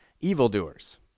evildoers